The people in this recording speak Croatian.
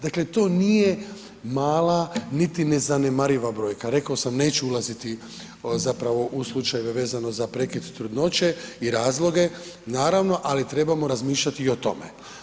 Dakle, to nije mala niti nezanemariva brojka, rekao sam neću ulaziti zapravo u slučajeve vezano za prekid trudnoće i razloge naravno, ali trebamo razmišljati i o tome.